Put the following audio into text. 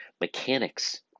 mechanics